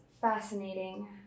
fascinating